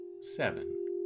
Seven